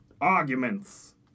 arguments